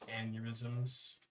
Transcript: aneurysms